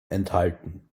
enthalten